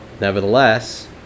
Nevertheless